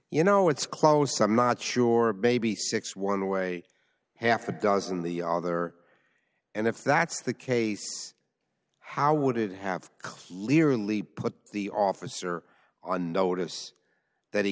you know it's close i'm not sure maybe sixty one way half a dozen the other and if that's the case how would it have clearly put the officer on notice that he